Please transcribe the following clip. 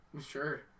sure